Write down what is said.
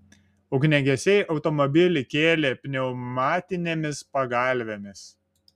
ugniagesiai automobilį kėlė pneumatinėmis pagalvėmis